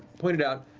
pointed out,